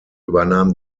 übernahm